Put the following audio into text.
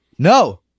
no